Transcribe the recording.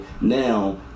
now